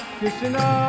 Krishna